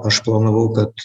aš planavau kad